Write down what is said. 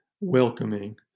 welcoming